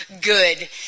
good